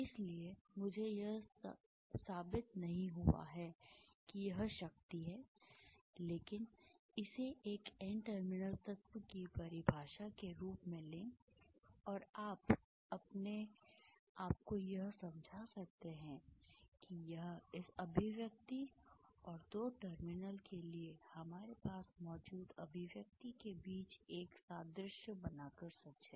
इसलिए मुझे यह साबित नहीं हुआ है कि यह शक्ति है लेकिन इसे एक एन टर्मिनल तत्व की परिभाषा के रूप में लें और आप अपने आप को यह समझा सकते हैं कि यह इस अभिव्यक्ति और दो टर्मिनल के लिए हमारे पास मौजूद अभिव्यक्ति के बीच एक सादृश्य बनाकर सच है